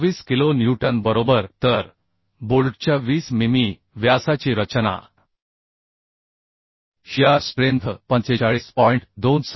26 kilo newton बरोबर तर बोल्टच्या 20 मिमी व्यासाची रचना शियर स्ट्रेंथ 45